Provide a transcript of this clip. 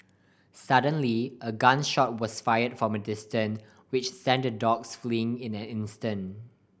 suddenly a gun shot was fired from a distance which sent the dogs fleeing in an instant